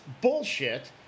bullshit